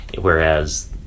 Whereas